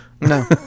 no